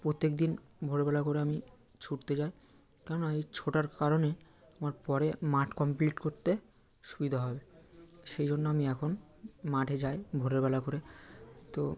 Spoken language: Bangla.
প্রত্যেকদিন ভোরবেলা করে আমি ছুটতে যায় কেননা এই ছোটার কারণে আমার পরে মাঠ কম্পলিট করতে সুবিধা হবে সেই জন্য আমি এখন মাঠে যাই ভোরের বেলা করে তো